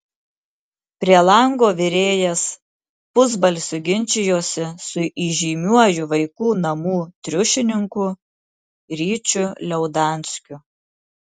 prie lango virėjas pusbalsiu ginčijosi su įžymiuoju vaikų namų triušininku ryčiu liaudanskiu